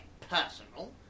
personal